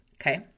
okay